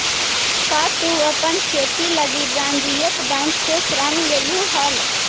का तु अपन खेती लागी वाणिज्य बैंक से ऋण लेलहुं हल?